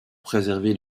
préserver